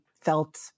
felt